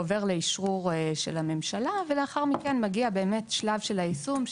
עובר לאשרור של הממשלה ולאחר מכן עובר לשלב של היישום,